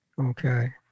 okay